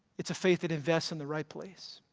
it's a faith that invests in the right place.